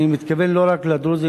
אני מתכוון לא רק לדרוזים,